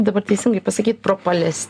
dabar teisingai pasakyti propales